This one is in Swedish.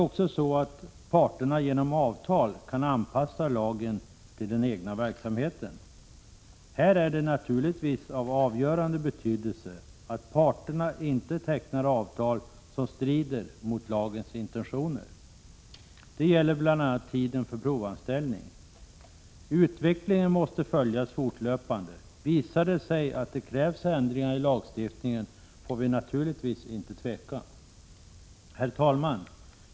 Parterna kan också genom avtal anpassa lagen till den egna verksamheten. Det är naturligtvis av avgörande betydelse att parterna inte tecknar avtal som strider mot lagens intentioner. Det gäller bl.a. tiden för provanställning. Utvecklingen måste följas fortlöpande. Visar det sig att det krävs ändringar i lagstiftningen får vi naturligtvis inte tveka. Herr talman!